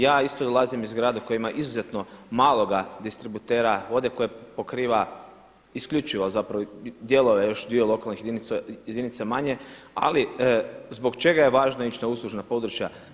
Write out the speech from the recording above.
Ja isto dolazim iz grada koji ima izuzetno maloga distributera vode koje pokriva isključivo zapravo dijelove još dviju lokalnih jedinica manje, ali zbog čega je važno ići na uslužna područja.